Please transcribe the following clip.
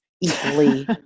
equally